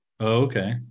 Okay